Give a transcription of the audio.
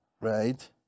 right